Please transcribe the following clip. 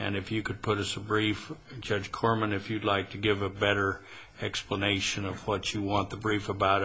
and if you could put us a brief judge korman if you'd like to give a better explanation of what you want the brief about